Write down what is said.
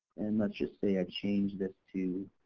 and let's just say i changed this to,